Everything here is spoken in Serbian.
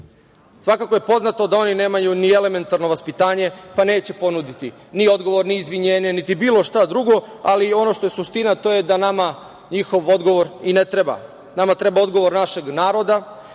Svakako je poznato da oni nemaju ni elementarno vaspitanje, pa neće ponuditi ni odgovor ni izvinjenje, niti bilo šta drugo, ali ono što je suština to je da nama njihov odgovor i ne treba. Nama treba odgovor našeg naroda